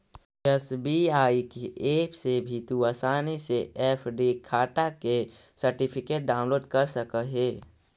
SBI के app से भी तू आसानी से एफ.डी खाटा के सर्टिफिकेट डाउनलोड कर सकऽ हे